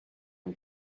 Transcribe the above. and